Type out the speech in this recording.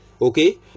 okay